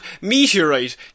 meteorite